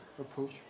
approach